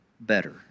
better